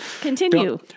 Continue